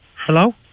Hello